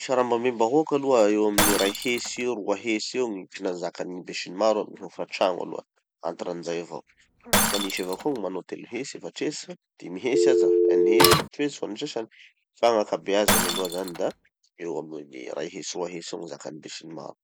Gny sarababem-bahoaky aloha eo amin'ny ray hetsy roa hetsy gny tena zakan'ny be sy ny maro amy gny hofatrano aloha, entre-n'izay avao. Fa misy avao koa gny manao telo hetsy efatsy hetsy dimy hetsy aza, eny hetsy fito hetsy hoan'ny sasany. Fa gn'ankabeazany aloha zany da eo amy ray hetsy roa hetsy eo gny zakan'ny be sy ny maro.